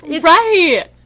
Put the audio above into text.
right